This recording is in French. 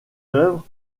œuvre